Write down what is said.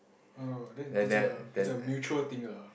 oh it's a it's a mutual thing ah